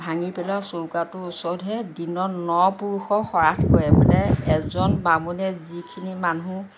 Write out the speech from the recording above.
ভাঙি পেলোৱা চৌকাটোৰ ওচৰতহে দিনত ন পুৰুষৰ শৰাধ কৰে মানে এজন বামুণে যিখিনি মানুহ